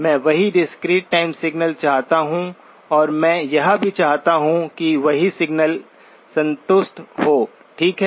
मैं वही discrete time signal चाहता हूं और मैं यह भी चाहता हूं कि वही स्थिति संतुष्ट हो ठीक है